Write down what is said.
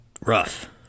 Rough